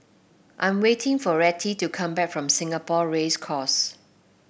I'm waiting for Rettie to come back from Singapore Race Course